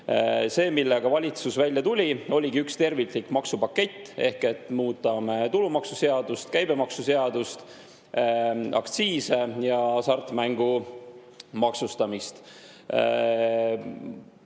See, millega valitsus välja tuli, oligi üks terviklik maksupakett, millega oli kavas muuta tulumaksuseadust, käibemaksuseadust, aktsiise ja hasartmängu maksustamist.